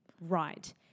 right